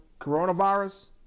coronavirus